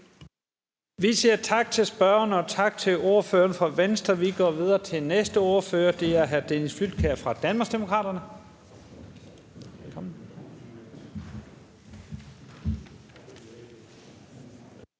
Vi siger tak til spørgeren og tak til ordføreren fra Venstre. Vi går videre til næste ordfører. Det er hr. Dennis Flydtkjær fra Danmarksdemokraterne.